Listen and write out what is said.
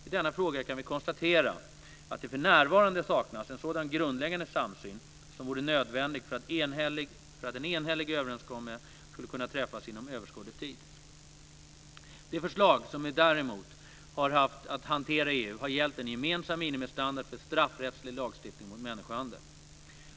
I denna fråga kan vi konstatera att det för närvarande saknas en sådan grundläggande samsyn som vore nödvändig för att en enhällig överenskommelse skulle kunna träffas inom överskådlig tid. Det förslag som vi däremot har haft att hantera i EU har gällt en gemensam minimistandard för straffrättslig lagstiftning mot människohandel.